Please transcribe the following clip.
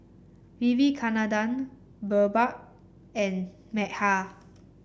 Vivekananda BirbaL and Medha